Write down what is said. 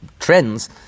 Trends